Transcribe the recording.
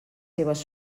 seves